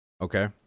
Okay